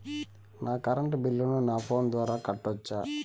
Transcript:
నా కరెంటు బిల్లును నా ఫోను ద్వారా కట్టొచ్చా?